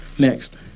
next